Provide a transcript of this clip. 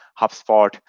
hubspot